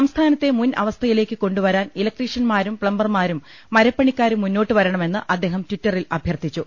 സംസ്ഥാ നത്തെ മുൻ അവസ്ഥയിലേക്ക് കൊണ്ടുവരാൻ ഇലക്ട്രീ ഷ്യൻമാരും പ്തംബർമാരും മരപ്പണിക്കാരും മുന്നോട്ട് വരണമെന്ന് അദ്ദേഹം ട്വിറ്ററിൽ അഭ്യർത്ഥിച്ചു